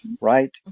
Right